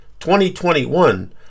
2021